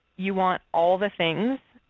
you want all the things,